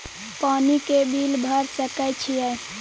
पानी के बिल भर सके छियै?